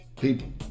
People